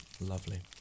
lovely